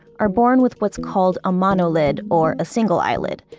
are born with what's called a monolid or single eyelid,